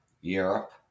Europe